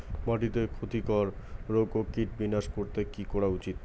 মাটিতে ক্ষতি কর রোগ ও কীট বিনাশ করতে কি করা উচিৎ?